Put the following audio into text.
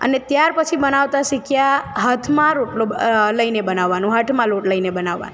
અને ત્યાર પછી બનાવતાં શીખ્યાં હાથમાં રોટલો લઈ ને બનાવવાનું હાથમાં લોટ લઈ ને બનાવવા